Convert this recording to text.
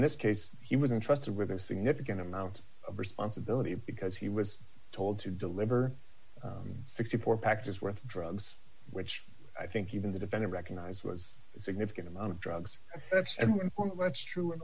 in this case he was interested with a significant amount of responsibility because he was told to deliver sixty four packages worth of drugs which i think even the defendant recognized was a significant amount of drugs and when that's true